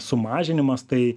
sumažinimas tai